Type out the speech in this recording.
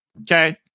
okay